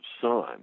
son